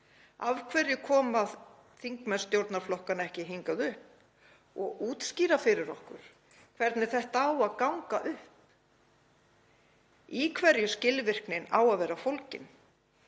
Af hverju koma þingmenn stjórnarflokkanna ekki hingað upp og útskýra fyrir okkur hvernig þetta á að ganga upp, í hverju skilvirknin á að vera fólgin?